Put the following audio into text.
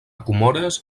comores